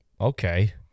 okay